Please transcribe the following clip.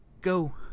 Go